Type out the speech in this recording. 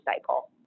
cycle